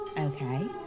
Okay